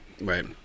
Right